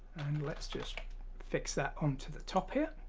let's just fix that onto the top here,